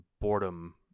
boredom